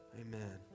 Amen